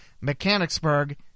Mechanicsburg